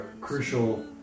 crucial